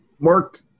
Mark